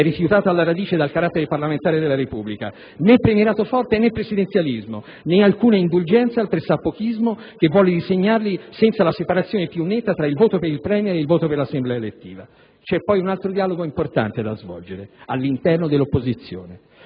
rifiutata alla radice dal carattere parlamentare della Repubblica. Né premierato forte né presidenzialismo, né alcuna indulgenza al pressappochismo che vuole disegnarli senza la separazione più netta tra il voto per il *Premier* e il voto per l'Assemblea elettiva. C'è poi un altro dialogo importante da svolgere, quello all'interno dell'opposizione.